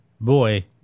Boy